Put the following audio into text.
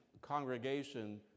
congregation